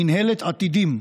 מינהלת "עתידים"